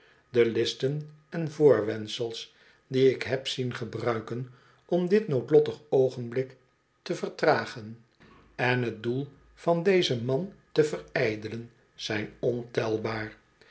de listen en voorwendsels die ik heb zien gebruiken om dit noodlottig oogenblik te vertragen en t doel van dezen man te verijdelen zijn ontelbaar